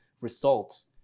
results